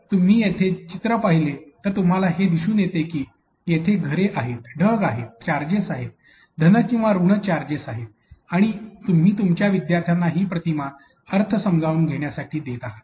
जर तुम्ही येथे हे चित्र पाहिले तर तुम्हाला हे दिसू शकेल की येथे घरे आहेत ढग आहेत चार्जेस आहेत धन किंवा ऋण चार्जेस आहेत आणि तुम्ही तुमच्या विद्यार्थ्यांना ही प्रतिमा अर्थ समजावून घेण्यासाठी देत आहात